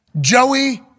Joey